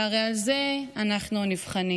שהרי על זה אנחנו נבחנים.